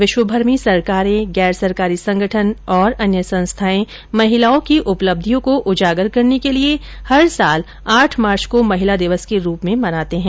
विश्वभर में सरकारें गैर सरकारी संगठन और अन्य संस्थाएं महिलाओं की उपलब्धियों को उजागर करने के लिए प्रत्येक वर्ष आठ मार्च को महिला दिवस के रूप में मनाती हैं